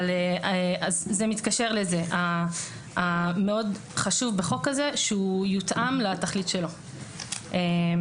מאוד חשוב בחוק הזה שהוא יותאם לתכלית שלו והתכלית